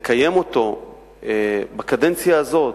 לקיים אותו בקדנציה הזאת,